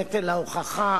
נטל ההוכחה